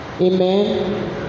amen